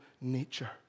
nature